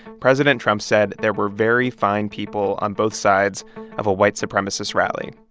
president trump said there were very fine people on both sides of a white supremacist rally.